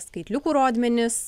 skaitliukų rodmenis